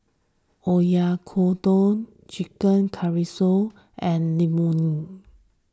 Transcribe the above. Oyakodon Chicken Casserole and Imoni